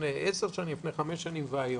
לפני 10 שנים, לפני חמש שנים והיום.